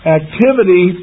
activity